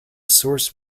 source